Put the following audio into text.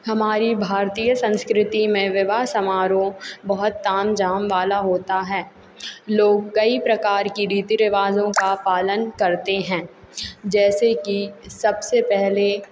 हमारी भारतीय संस्कृति में विवाह समारोह बहुत ताम झाम वाला होता है लोग कई प्रकार की रीति रिवाजों का पालन करते हैं जैसे कि सबसे पहले